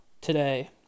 Today